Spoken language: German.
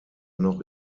noch